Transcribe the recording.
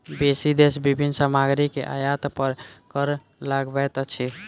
बेसी देश विभिन्न सामग्री के आयात पर कर लगबैत अछि